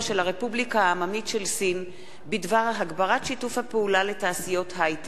של הרפובליקה העממית של סין בדבר הגברת שיתוף הפעולה לתעשיות היי-טק,